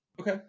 Okay